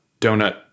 Donut